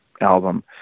album